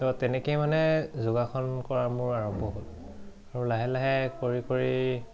ত' তেনেকেই মানে যোগাসন কৰা মোৰ আৰম্ভ হ'ল আৰু লাহে লাহে কৰি কৰি